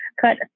cut